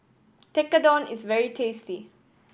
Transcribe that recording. tekkadon is very tasty